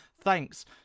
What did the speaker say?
thanks